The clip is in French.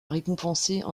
récompenser